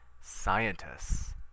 scientists